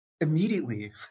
immediately